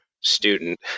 student